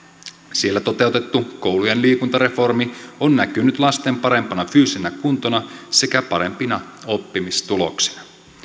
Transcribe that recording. siellä toteutettu koulujen liikuntareformi on näkynyt lasten parempana fyysisenä kuntona sekä parempina oppimistuloksina